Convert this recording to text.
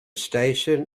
station